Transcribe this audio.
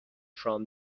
from